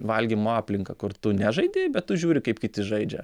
valgymo aplinką kur tu nežaidi bet tu žiūri kaip kiti žaidžia